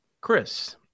Chris